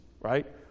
right